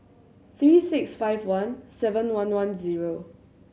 three six five one seven one one zero